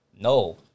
no